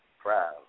proud